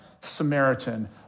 Samaritan